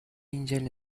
недели